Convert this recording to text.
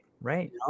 right